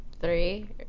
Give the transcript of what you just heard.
three